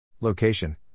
Location